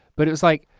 but it was like